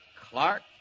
Clark